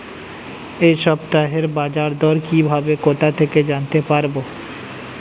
এই সপ্তাহের বাজারদর কিভাবে কোথা থেকে জানতে পারবো?